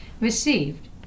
received